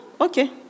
okay